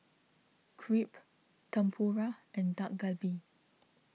Crepe Tempura and Dak Galbi